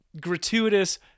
gratuitous